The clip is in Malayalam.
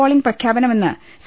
ളിങ് പ്രഖ്യാപനമെന്ന് സി